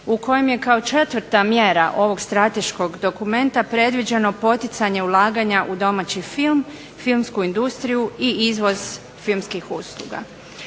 u kojem je kao 4. mjera ovog strateškog dokumenta predviđeno poticanje ulaganja u domaći film, filmsku industriju i izvoz filmskih usluga.